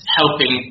helping